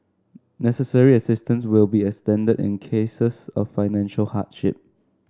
necessary assistance will be extended in cases of financial hardship